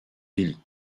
délits